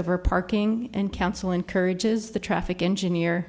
over parking and council encourages the traffic engineer